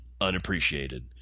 unappreciated